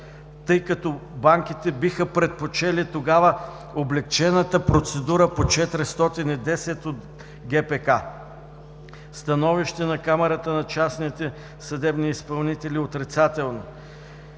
тъй като банките биха предпочели тогава облекчената процедура по чл. 410 от ГПК; становище на Камарата на частните съдебни изпълнители – отрицателно;